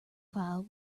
file